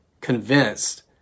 convinced